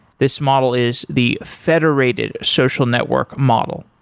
this model is the federated social network model.